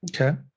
Okay